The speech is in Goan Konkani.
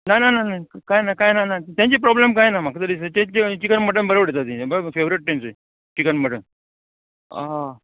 ना ना ना ना कांय ना कांय ना ना तेंचे प्रोब्लेम कांय ना म्हाका तरी दिसता ते चिकन मटन बरें उडयता ती बरें फेवरेट तेंचे चिकन मटन आं